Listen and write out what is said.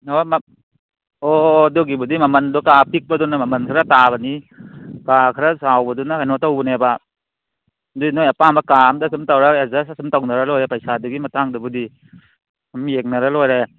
ꯑꯣ ꯑꯗꯨꯒꯤꯕꯨꯗꯤ ꯃꯃꯜꯗꯣ ꯀꯥ ꯄꯤꯛꯄꯗꯨꯅ ꯃꯃꯜ ꯈꯔ ꯇꯥꯕꯅꯤ ꯀꯥ ꯈꯔ ꯆꯥꯎꯕꯗꯨꯅ ꯀꯩꯅꯣ ꯇꯧꯕꯅꯦꯕ ꯑꯗꯨꯗꯤ ꯅꯣꯏ ꯑꯄꯥꯝꯕ ꯀꯥ ꯑꯃꯗ ꯁꯨꯝ ꯇꯧꯔꯒ ꯑꯦꯖꯁ ꯑꯁꯨꯝ ꯇꯧꯅꯔ ꯂꯣꯏꯔꯦ ꯄꯩꯁꯥꯗꯨꯒꯤ ꯃꯇꯥꯡꯗꯨꯕꯨꯗꯤ ꯁꯨꯝ ꯌꯦꯡꯅꯔ ꯂꯣꯏꯔꯦ